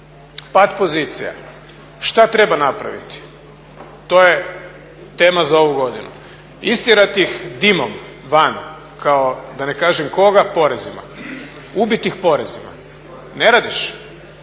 pat pozicija. Šta treba napraviti? To je tema za ovu godinu. Istjerati ih dimom van kao da ne kažem koga porezima, ubiti ih porezima. Ne radiš?